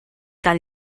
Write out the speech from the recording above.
tan